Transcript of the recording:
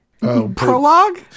Prologue